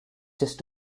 just